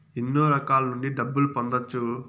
ఎన్నో రకాల నుండి డబ్బులు పొందొచ్చు